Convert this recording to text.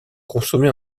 consommés